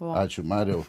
ačiū mariau